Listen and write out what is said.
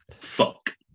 fuck